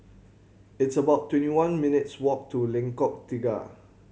it's about twenty one minutes walk to Lengkong Tiga